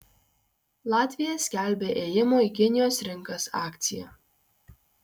latvija skelbia ėjimo į kinijos rinkas akciją